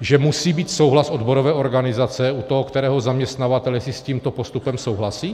že musí být souhlas odborové organizace u toho kterého zaměstnavatele, jestli s tímto postupem souhlasí?